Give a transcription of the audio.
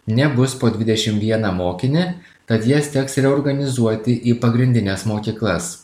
nebus po dvidešimt vieną mokinį tad jas teks reorganizuoti į pagrindines mokyklas